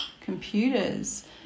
computers